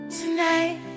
Tonight